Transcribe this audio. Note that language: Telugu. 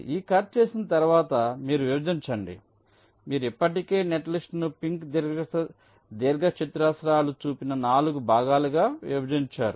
ఈ కట్ చేసిన తరువాత మీరు విభజించండి మీరు ఇప్పటికే నెట్లిస్ట్ను పింక్ దీర్ఘచతురస్రాలు చూపిన 4 భాగాలుగా విభజించారు